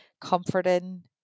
comforting